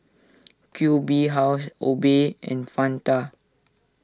Q B House Obey and Fanta